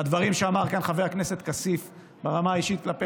הדברים שאמר כאן חבר הכנסת כסיף ברמה האישית כלפי